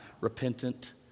repentant